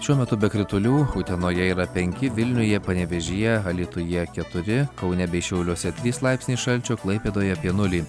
šiuo metu be kritulių utenoje yra penki vilniuje panevėžyje alytuje keturi kaune bei šiauliuose trys laipsniai šalčio klaipėdoje apie nulį